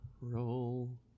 Roll